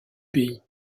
pays